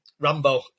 Rambo